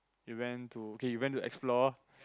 you went to okay you went to explore